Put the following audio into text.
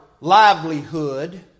livelihood